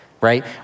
Right